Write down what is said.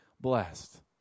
blessed